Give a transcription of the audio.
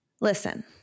Listen